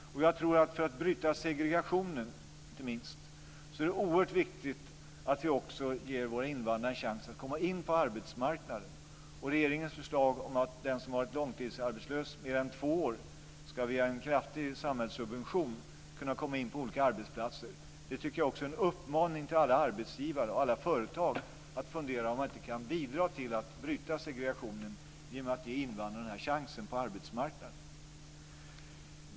För att inte minst bryta segregationen är det oerhört viktigt att vi ger våra invandrare en chans att komma in på arbetsmarknaden. Regeringens förslag om att den som har varit långtidsarbetslös mer än två år ska via en kraftig samhällssubvention kunna komma in på olika arbetsplatser är en uppmaning till alla arbetsgivare och alla företag att fundera på om de inte kan bidra till att bryta segregationen genom att ge invandrare den chansen på arbetsmarknaden.